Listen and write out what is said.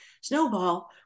Snowball